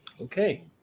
Okay